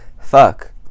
Fuck